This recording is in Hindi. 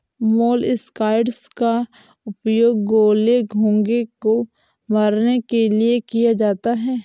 मोलस्कसाइड्स का उपयोग गोले, घोंघे को मारने के लिए किया जाता है